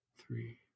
three